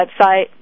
website